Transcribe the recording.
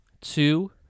two